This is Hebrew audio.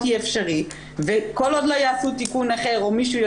אפשרית וכל עוד לא יעשו תיקון אחר או מישהו לא